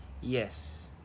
Yes